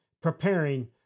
preparing